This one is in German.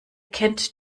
kennt